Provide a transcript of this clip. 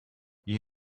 you